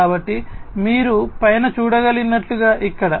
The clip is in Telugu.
కాబట్టి మీరు పైన చూడగలిగినట్లుగా ఇక్కడ